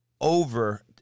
over